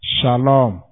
Shalom